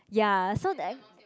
ya so then